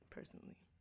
Personally